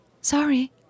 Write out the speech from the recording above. Sorry